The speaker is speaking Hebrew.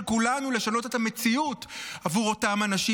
כולנו לשנות את המציאות עבור אותם אנשים,